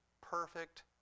perfect